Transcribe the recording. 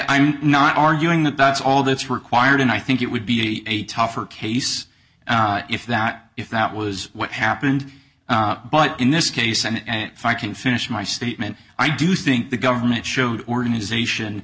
i'm not arguing that that's all that's required and i think it would be a tougher case if that if that was what happened but in this case and if i can finish my statement i do think the government showed organisation